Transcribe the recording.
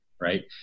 right